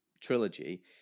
trilogy